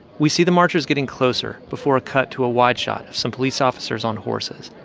we see the marchers getting closer before a cut to a wide shot of some police officers on horses.